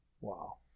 Wow